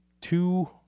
two